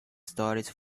stories